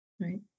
Right